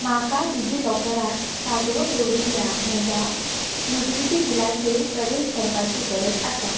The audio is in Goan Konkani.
म्हाका डिजिलॉकरांत सांठोवोन दवरिल्ल्या म्हज्या यू टि डि टी बिलाचेर प्रवेश करपाची गरज आसा